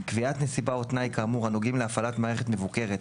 קביעת נסיבה או תנאי כאמור הנוגעים להפעלת מערכת מבוקרת,